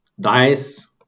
dice